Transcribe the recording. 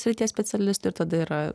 srities specialistų ir tada yra